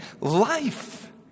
life